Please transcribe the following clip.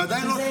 ועדיין לא,